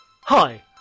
Hi